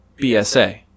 BSA